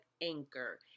Anchor